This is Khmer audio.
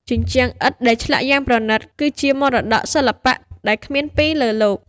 ជញ្ជាំងឥដ្ឋដែលឆ្លាក់យ៉ាងប្រណីត គឺជាមរតកសិល្បៈដែលគ្មានពីរលើលោក។